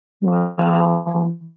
Wow